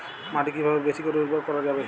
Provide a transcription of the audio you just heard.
মাটি কিভাবে বেশী করে উর্বর করা যাবে?